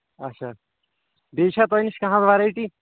اچھا بیٚیہِ چھا تۄہہِ نِش کانٛہہ وٮ۪رایٹی